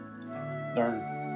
Learn